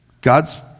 God's